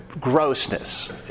grossness